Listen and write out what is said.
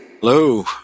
Hello